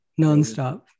nonstop